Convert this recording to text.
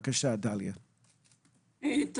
דליה, בבקשה.